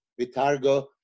Vitargo